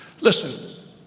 Listen